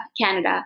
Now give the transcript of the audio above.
Canada